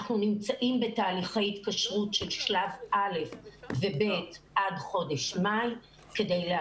אנחנו נמצאים בתהליכי התקשרות של שלב א' ו-ב' עד חודש מאי,